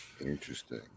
Interesting